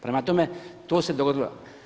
Prema tome, to se dogodilo.